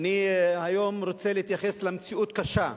אני רוצה היום להתייחס למציאות קשה,